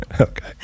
okay